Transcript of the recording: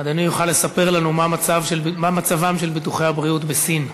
אדוני יוכל לספר לנו מה מצבם של ביטוחי הבריאות בסין.